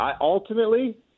Ultimately